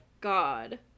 God